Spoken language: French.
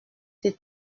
c’est